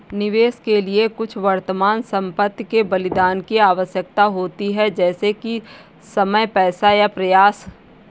निवेश के लिए कुछ वर्तमान संपत्ति के बलिदान की आवश्यकता होती है जैसे कि समय पैसा या प्रयास